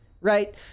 right